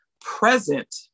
present